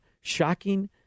shocking